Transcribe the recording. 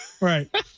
right